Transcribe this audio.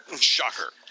Shocker